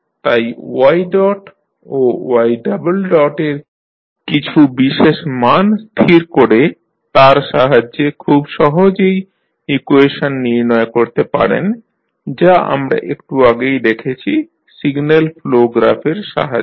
তাই y dot ও y double dot এর কিছু বিশেষ মান স্থির করে তার সাহায্যে খুব সহজেই ইকুয়েশন নির্ণয় করতে পারেন যা আমরা একটু আগেই দেখেছি সিগন্যাল ফ্লো গ্রাফের সাহায্যে